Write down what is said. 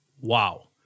wow